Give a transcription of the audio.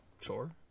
sure